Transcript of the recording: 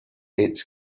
its